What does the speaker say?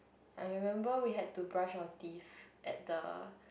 I remembered we had to brush our teeth at the